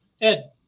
Ed